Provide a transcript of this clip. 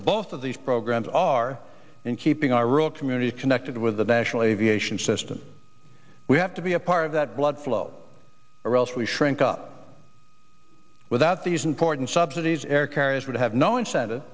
both of these programs are in keeping our rural community connected with the nationally v a ssion system we have to be a part of that blood flow or else we shrink up without these important subsidies air carriers would have no incentive